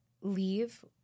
leave